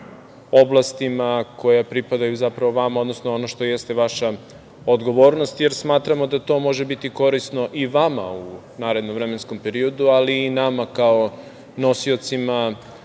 oblastima koja pripadaju zapravo vama, odnosno ono što jeste vaša odgovornost, jer smatramo da to može biti korisno i vama u narednom vremenskom periodu, ali i nama kao nosiocima